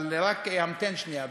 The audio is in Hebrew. אבל רק המתן שנייה,